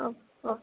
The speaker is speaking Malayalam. O O